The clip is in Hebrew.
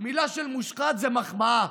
המילה "מושחת" זה מחמאה.